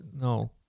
No